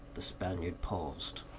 the spaniard paused.